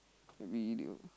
video